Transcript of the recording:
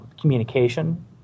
Communication